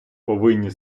повинні